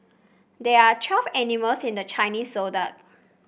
there are twelve animals in the Chinese Zodiac